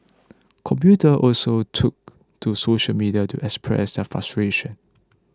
commuter also took to social media to express their frustration